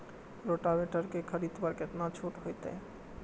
Rotavator के खरीद पर केतना छूट होते?